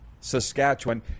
Saskatchewan